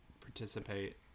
participate